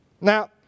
Now